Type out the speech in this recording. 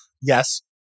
yes